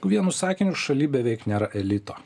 vienu sakiniu šaly beveik nėra elito